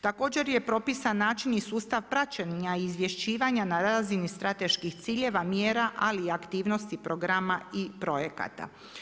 Također, je propisan način i sustav praćenja i izvješćivanja na razini strateških ciljeva, mjera, ali i aktivnosti programa i projekata.